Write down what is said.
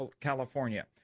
California